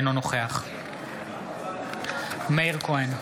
אינו נוכח מאיר כהן,